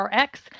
Rx